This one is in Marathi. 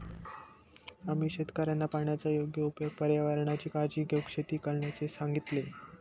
आम्हा शेतकऱ्यांना पाण्याचा योग्य उपयोग, पर्यावरणाची काळजी घेऊन शेती करण्याचे सांगितले